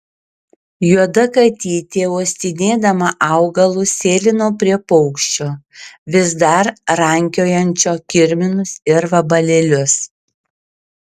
juoda katytė uostinėdama augalus sėlino prie paukščio vis dar rankiojančio kirminus ir vabalėlius